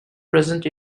present